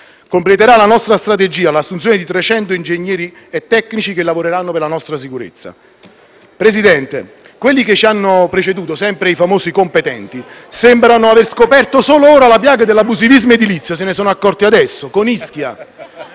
Completerà la nostra strategia l'assunzione di 300 ingegneri e tecnici, che lavoreranno per la nostra sicurezza. Signor Presidente, quelli che ci hanno preceduto, sempre i famosi "competenti", sembrano aver scoperto solo ora la piaga dell'abusivismo edilizio. Se ne sono accorti adesso, con Ischia.